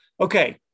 Okay